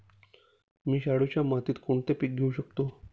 मी शाडूच्या मातीत कोणते पीक घेवू शकतो?